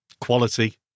Quality